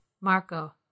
Marco